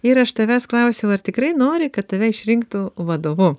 ir aš tavęs klausiau ar tikrai nori kad tave išrinktų vadovu